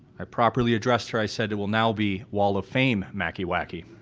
i properly addressed her, i said it will now be wall of fame macky wacky.